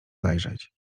zajrzeć